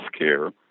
healthcare